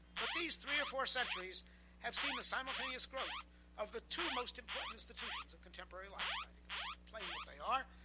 but these three or four centuries have seen the simultaneous growth of the two most important institutions of contemporary life. i plain what they are.